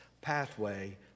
pathway